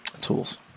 tools